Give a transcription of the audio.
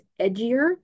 edgier